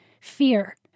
fear